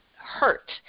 hurt